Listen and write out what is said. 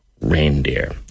reindeer